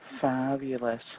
Fabulous